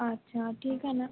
अच्छा ठीक आहे ना